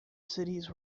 cities